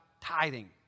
tithing